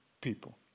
people